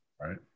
Right